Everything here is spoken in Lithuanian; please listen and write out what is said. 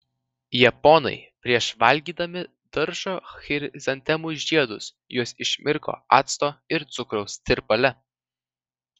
japonai prieš valgydami daržo chrizantemų žiedus juos išmirko acto ir cukraus tirpale